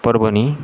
Parbhani